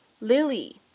Lily